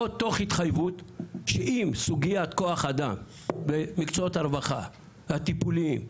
תוך התחייבות שאם סוגיית כוח האדם במקצועות הרווחה הטיפוליים תיפתר,